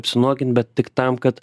apsinuogint bet tik tam kad